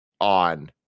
on